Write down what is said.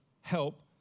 help